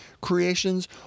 creations